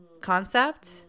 concept